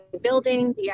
building